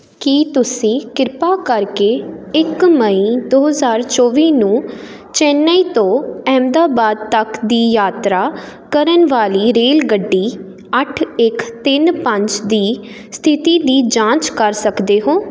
ਕੀ ਤੁਸੀਂ ਕਿਰਪਾ ਕਰਕੇ ਇੱਕ ਮਈ ਦੋ ਹਜ਼ਾਰ ਚੌਵੀ ਨੂੰ ਚੇਨੱਈ ਤੋਂ ਅਹਿਮਦਾਬਾਦ ਤੱਕ ਦੀ ਯਾਤਰਾ ਕਰਨ ਵਾਲੀ ਰੇਲਗੱਡੀ ਅੱਠ ਇੱਕ ਤਿੰਨ ਪੰਜ ਦੀ ਸਥਿਤੀ ਦੀ ਜਾਂਚ ਕਰ ਸਕਦੇ ਹੋ